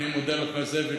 אני מודה לך, זאביק.